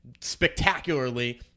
spectacularly